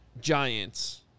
Giants